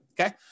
Okay